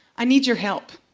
i need you help.